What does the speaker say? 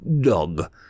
dog